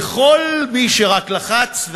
לכל מי שרק לחץ,